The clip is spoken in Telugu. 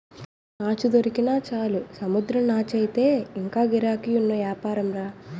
నాచు దొరికినా చాలు సముద్రం నాచయితే ఇంగా గిరాకీ ఉన్న యాపారంరా